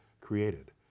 created